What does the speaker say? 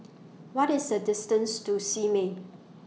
What IS The distance to Simei